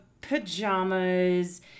pajamas